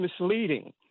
misleading